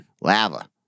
Lava